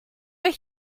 were